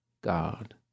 God